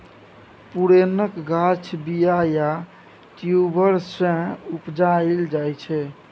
पुरैणक गाछ बीया या ट्युबर सँ उपजाएल जाइ छै